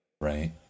right